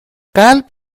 قلب